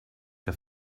que